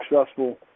successful